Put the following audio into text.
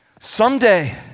Someday